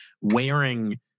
wearing